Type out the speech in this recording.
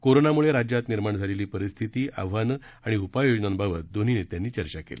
कोरोनामुळे राज्यात निर्माण झालेली परिस्थिती आव्हानं आणि उपाययोजनांबाबत दोन्ही नेत्यांनी चर्चा केली